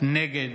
נגד